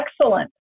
excellent